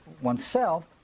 oneself